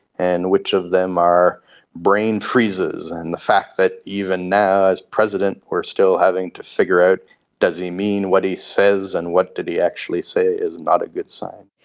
and which of them are brain freezes. and the fact that even now as president we are still having to figure out does he mean what he says and what did he actually say is not a good sign.